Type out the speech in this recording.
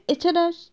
এছাড়াস